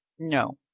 no,